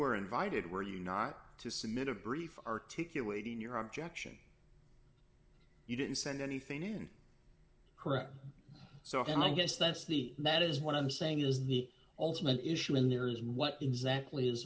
were invited were you not to submit a brief articulating your objection you didn't send anything in correct so if and i guess that's the that is what i'm saying is the ultimate issue in there is what exactly is